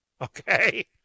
okay